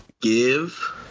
Give